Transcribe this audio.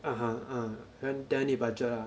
(uh huh) uh that one need budget lah